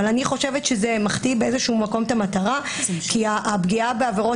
אבל אני חושבת שזה מחטיא את המטרה כי הפגיעה בעבירות